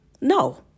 No